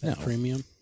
premium